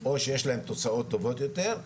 או שיש להם תוצאות טובות יותר,